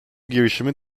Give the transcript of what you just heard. girişimi